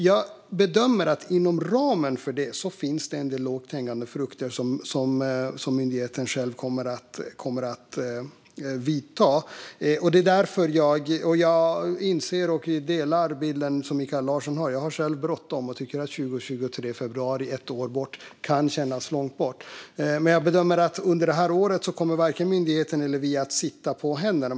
Jag bedömer att det inom ramen för det finns en del lågt hängande frukter som myndigheten själv kommer att ta itu med. Jag delar den bild som Mikael Larsson har, och jag har själv bråttom och tycker att februari 2023 kan kännas långt bort. Men jag bedömer att under detta år kommer varken myndigheten eller vi att sitta på händerna.